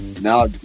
now